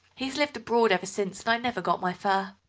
he has lived abroad ever since, and i never got my fur.